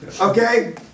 Okay